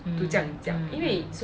mm mm mm